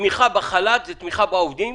התמיכה בחל"ת זאת תמיכה בעובדים?